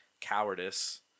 cowardice